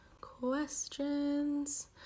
questions